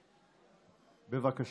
בבקשה.